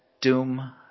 Doom